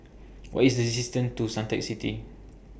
What IS The distance to Suntec City